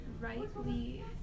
rightly